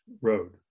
road